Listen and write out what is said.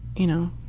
you know,